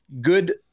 good